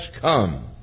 come